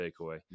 takeaway